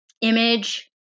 image